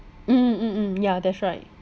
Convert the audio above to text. mm mm mm yeah that's right